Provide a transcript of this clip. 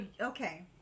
okay